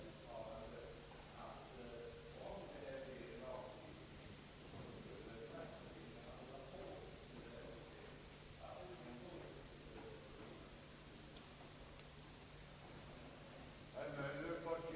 Det har upplysts att departementet arbetar med frågan. Jag hoppas att man nu arbetar snabbt och att vi skall få möjlighet i år att fatta beslut i riksdagens kamrar inom kortast: möjliga tid: